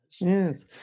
yes